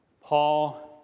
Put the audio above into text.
Paul